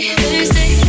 Thursday